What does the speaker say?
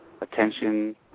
attention